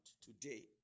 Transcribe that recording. today